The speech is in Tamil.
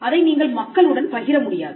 அதை நீங்கள் மக்களுடன் பகிர முடியாது